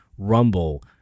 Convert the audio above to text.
Rumble